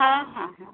ହଁ ହଁ ହଁ